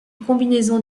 combinaison